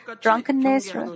drunkenness